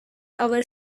our